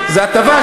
זו הטבה,